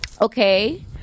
okay